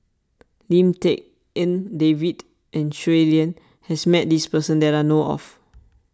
Lim Tik En David and Shui Lan has met this person that I know of